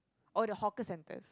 orh the hawker centers